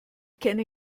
kenne